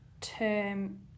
term